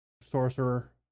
sorcerer